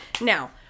Now